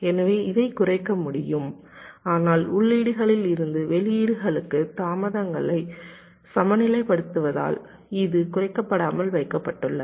எனவே இதைக் குறைக்க முடியும் ஆனால் உள்ளீடுகளிலிருந்து வெளியீடுகளுக்கு தாமதங்களை சமநிலைப்படுத்துவதால் இது குறைக்கப்படாமல் வைக்கப்பட்டுள்ளது